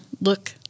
look